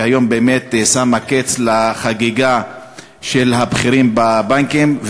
שהיום באמת שמה קץ לחגיגה של הבכירים בבנקים,